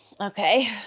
Okay